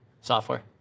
software